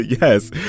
Yes